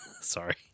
Sorry